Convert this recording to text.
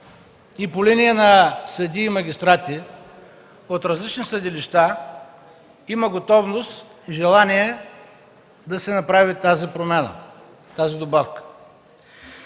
и по линия на съдии и магистрати от различни съдилища има готовност и желание да се направи тази промяна, тази добавка.